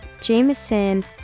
Jameson